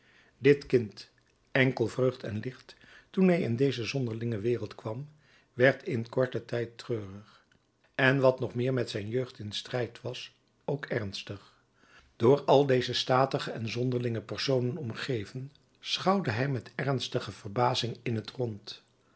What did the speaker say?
dit kind enkel vreugd en licht toen hij in deze zonderlinge wereld kwam werd in korten tijd treurig en wat nog meer met zijn jeugd in strijd was ook ernstig door al deze statige en zonderlinge personen omgeven schouwde hij met ernstige verbazing in t rond